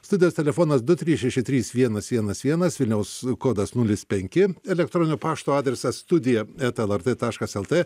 studijos telefonas du trys šeši trys vienas vienas vienas vilniaus kodas nulis penki elektroninio pašto adresas studija eta lrt taškas lt